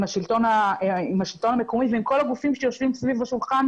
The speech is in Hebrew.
עם השלטון המקומי ועם כל הגופים שיושבים סביב השולחן,